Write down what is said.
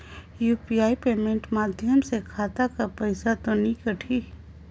UPI payment माध्यम से खाता कर पइसा तो नी कटही?